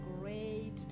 great